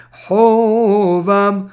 hovam